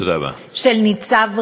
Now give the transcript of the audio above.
של ניצב ריטמן,